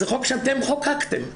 זה חוק שאתם חוקקתם,